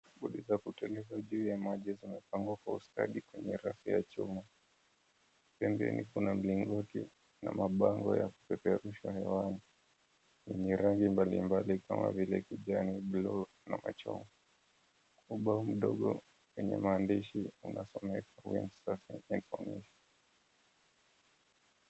Kuni za kuteleza juu ya maji zimepangwa kwa ustadi zenye rangi ya chuma. Pembeni kuna mlingoti na mabango ya kupeperusha hewani yenye rangi mbalimbali kama vile kijani, buluu na machungwa. Ubao mdogo wenye maandishi unasomeka kwenye safu.